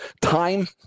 Time